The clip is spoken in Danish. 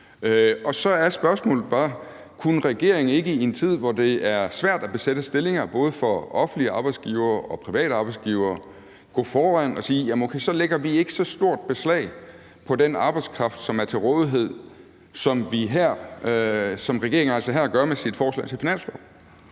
Så er spørgsmålet bare, om regeringen ikke, i en tid hvor det er svært at besætte stillinger for både offentlige arbejdsgivere og private arbejdsgivere, kunne gå foran og sige, at man så ikke lægger så stort et beslag på den arbejdskraft, som er til rådighed, hvilket regeringen altså her gør med sit forslag til finanslov.